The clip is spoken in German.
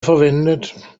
verwendet